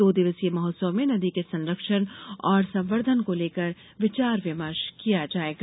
दो दिवसीय महोत्सव में नदी के संरक्षण और संवर्धन को लेकर विचार विमर्श किया जायेगा